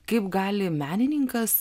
kaip gali menininkas